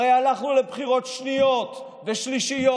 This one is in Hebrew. הרי הלכנו לבחירות שניות ושלישיות,